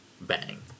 Bang